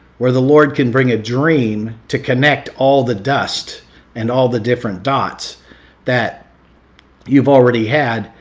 where the lord can bring a dream to connect all the dust and all the different dots that you've already had,